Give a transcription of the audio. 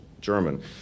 German